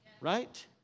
Right